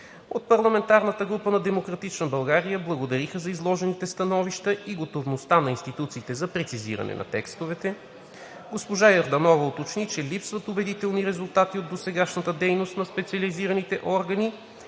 От парламентарната група на „Демократична България“ благодариха за изложените становища и готовността на институциите за прецизиране на текстовете. Госпожа Йорданова уточни, че липсват убедителни резултати от досегашната дейност на специализираните органи